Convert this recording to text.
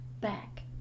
back